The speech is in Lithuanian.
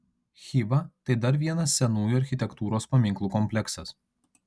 chiva tai dar vienas senųjų architektūros paminklų kompleksas